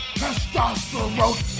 testosterone